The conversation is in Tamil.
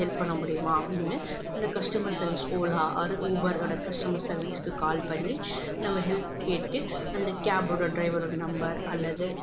ஹெல்ப் பண்ண முடியுமா அப்படின்னு அந்த கஸ்டமர் சர்விஸ் ஓலா ஆர் ஊபரோடய கஸ்டமர் சர்வீஸ்க்கு கால் பண்ணி நம்ம ஹெல்ப் கேட்டு அந்த கேபோடய ட்ரைவரோடய நம்பர் அல்லது